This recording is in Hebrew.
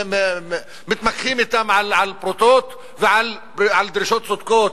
ומתמקחים אתם על פרוטות ועל דרישות צודקות,